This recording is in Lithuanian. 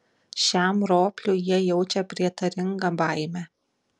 šiam ropliui jie jaučia prietaringą baimę